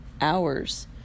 hours